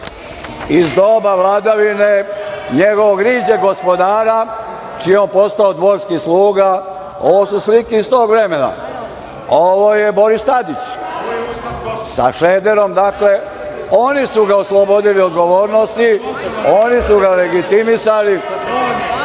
iz doba vladavine njegovog riđeg gospodara čiji je on postao dvorski sluga. Ovo su slike iz tog vremena. Ovo je Boris Tadić sa Šrederom. Dakle, oni su ga oslobodili odgovornosti, oni su ga legitimisali.